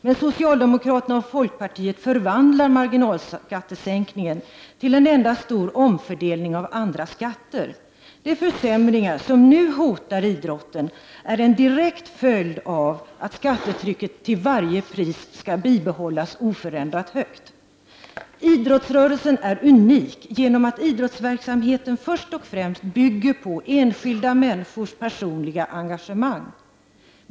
Men socialdemokraterna och folkpartiet förvandlar mar ginalskattesänkningen till en enda stor omfördelning av andra skatter. De 105 försämringar som hotar idrotten är en direkt följd av att skattetrycket till varje pris skall bibehållas oförändrat högt. Idrottsrörelsen är unik genom att idrottsverksamheten först och främst bygger på enskilda människors personliga engagemang.